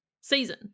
season